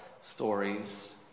stories